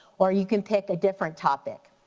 or you can pick a different topic.